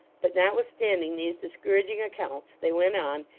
but notwithstanding these discouraging accounts they went on,